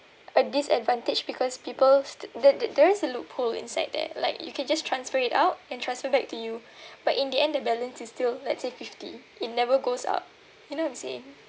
a disadvantage because people's the there there is a loophole inside there like you can just transfer it out and transfer back to you but in the end the balance is still let's say fifty it never goes up you know what I'm saying